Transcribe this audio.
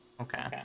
Okay